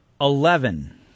Eleven